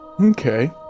Okay